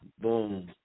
boom